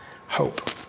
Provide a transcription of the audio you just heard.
hope